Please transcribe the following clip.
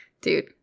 dude